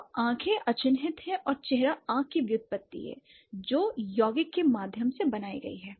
तो आंखें अचिह्नित हैं और चेहरा आंख की व्युत्पत्ति है जो यौगिक के माध्यम से बनाई गई है